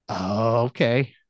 Okay